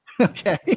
Okay